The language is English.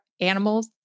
animals